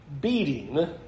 beating